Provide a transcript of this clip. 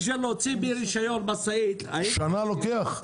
בשביל להוציא רישיון משאית -- שנה לוקח?